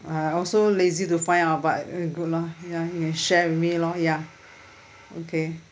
I also lazy to find out but uh good lah ya you can share with me lor ya okay